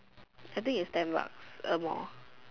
I think is ten bucks or more